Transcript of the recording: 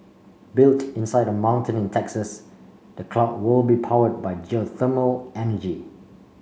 built inside a mountain in Texas the clock will be powered by geothermal energy